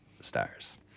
Stars